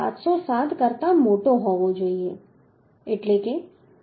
707 કરતાં મોટો હોવો જોઈએ એટલે કે 6